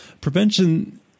prevention